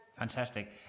Fantastic